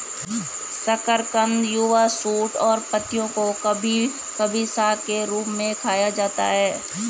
शकरकंद युवा शूट और पत्तियों को कभी कभी साग के रूप में खाया जाता है